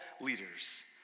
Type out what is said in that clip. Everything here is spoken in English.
leaders